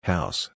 House